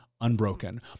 Unbroken